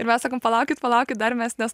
ir mes sakom palaukit palaukit dar mes nes